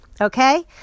Okay